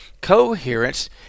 Coherence